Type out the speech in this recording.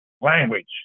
language